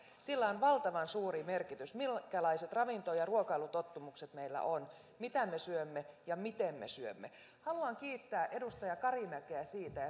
sillä on valtavan suuri merkitys minkälaiset ravinto ja ruokailutottumukset meillä on mitä me syömme ja miten me syömme haluan kiittää edustaja karimäkeä siitä